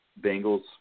Bengals